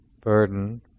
burden